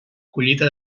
collita